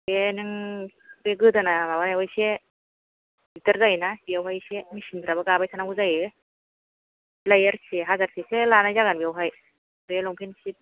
दे नों बे गोदोना माबानायाव एसे दिगदार जायोना बेयावहाय एसे मेशिन फोराबो गाबाय थानांगौ जायो बिदि लायो आरोखि हाजारसेसो लानाय जागोन बेयावहाय बे लंपेन्ट शिट